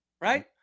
right